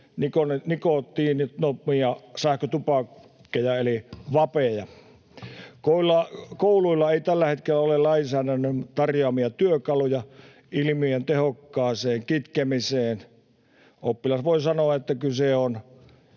nikotiinittomia sähkötupakkeja eli vapeja. Kouluilla ei tällä hetkellä ole lainsäädännön tarjoamia työkaluja ilmiön tehokkaaseen kitkemiseen. Oppilas voi sanoa, että kyse on